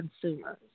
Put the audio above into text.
consumers